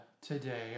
today